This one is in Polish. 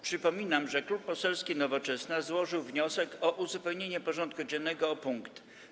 Przypominam, że Klub Poselski Nowoczesna złożył wniosek o uzupełnienie porządku dziennego o punkt: